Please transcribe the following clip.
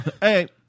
hey